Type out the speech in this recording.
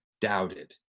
doubted